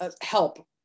help